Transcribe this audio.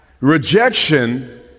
Rejection